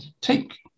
take